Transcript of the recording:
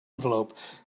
envelope